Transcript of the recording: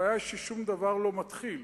הבעיה היא ששום דבר לא מתחיל.